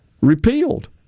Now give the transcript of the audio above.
repealed